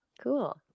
Cool